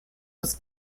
was